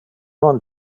non